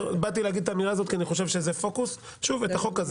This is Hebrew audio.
באתי להגיד את המילה הזאת, כי אני חושב שזה פוקוס.